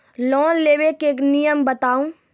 Loan लेबे के नियम बताबू?